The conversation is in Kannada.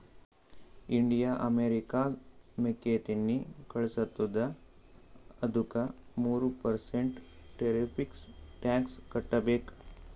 ಇಂಡಿಯಾ ಅಮೆರಿಕಾಗ್ ಮೆಕ್ಕಿತೆನ್ನಿ ಕಳುಸತ್ತುದ ಅದ್ದುಕ ಮೂರ ಪರ್ಸೆಂಟ್ ಟೆರಿಫ್ಸ್ ಟ್ಯಾಕ್ಸ್ ಕಟ್ಟಬೇಕ್